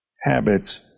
habits